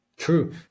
True